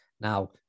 Now